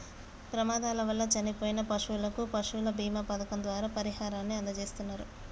ప్రమాదాల వల్ల చనిపోయిన పశువులకు పశువుల బీమా పథకం ద్వారా పరిహారాన్ని అందజేస్తున్నరు